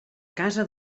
casa